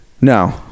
No